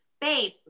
babe